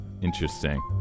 Interesting